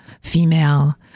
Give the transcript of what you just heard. female